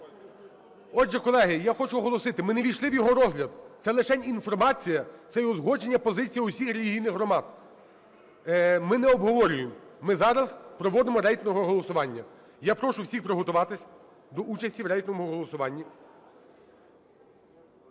Отже, колеги, я хочу оголосити, ми не ввійшли в його розгляд. Це лишень інформація, це узгодження позицій всіх релігійних громад. Ми не обговорюємо. Ми зараз проводимо рейтингове голосування. Я прошу всіх приготуватись до участі в рейтинговому голосуванні.